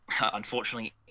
unfortunately